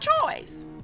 choice